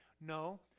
No